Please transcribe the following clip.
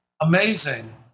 Amazing